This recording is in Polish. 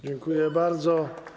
Dziękuję bardzo.